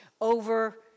over